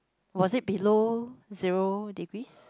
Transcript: was it below zero degrees